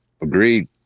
Agreed